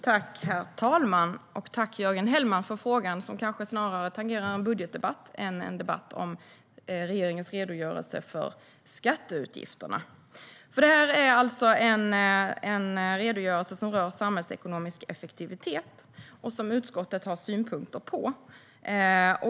Herr talman! Jag tackar Jörgen Hellman för frågan, som kanske snarare tangerar en fråga i en budgetdebatt än en fråga om regeringens redogörelse för skatteutgifterna. Detta är alltså en redogörelse som rör samhällsekonomisk effektivitet och som utskottet har synpunkter på.